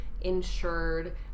insured